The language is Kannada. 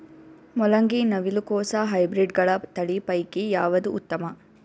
ಮೊಲಂಗಿ, ನವಿಲು ಕೊಸ ಹೈಬ್ರಿಡ್ಗಳ ತಳಿ ಪೈಕಿ ಯಾವದು ಉತ್ತಮ?